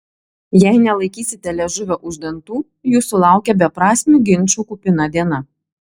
jei nelaikysite liežuvio už dantų jūsų laukia beprasmių ginčų kupina diena